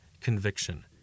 conviction